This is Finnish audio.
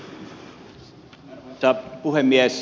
arvoisa puhemies